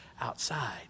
outside